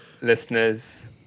listeners